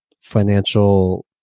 financial